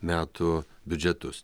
metų biudžetus